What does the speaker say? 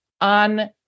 on